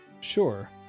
Sure